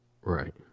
Right